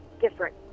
different